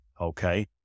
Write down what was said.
Okay